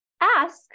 ask